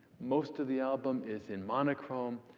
most of the album is in monochrome.